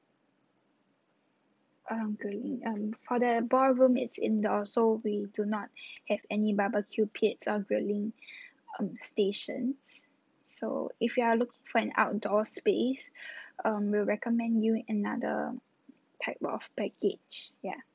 um grilling um for the ballroom it's indoors so we do not have any barbecue pits or grilling um stations so if you are looking for an outdoor space um we'll recommend you another type of package ya